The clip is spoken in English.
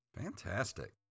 Fantastic